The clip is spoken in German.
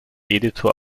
editor